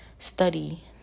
study